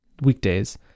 weekdays